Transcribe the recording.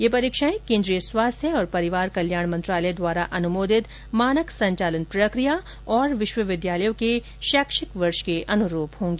ये परीक्षाएं केंद्रीय स्वास्थ्य और परिवार कल्याण मंत्रालय द्वारा अनुमोदित मानक संचालन प्रक्रिया और विश्वविद्यालयों के शैक्षिक वर्ष के अनुरूप होंगी